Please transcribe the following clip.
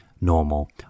normal